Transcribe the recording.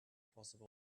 possible